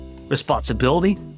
responsibility